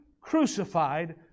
crucified